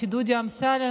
לפי דודי אמסלם,